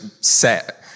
set